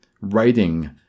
writing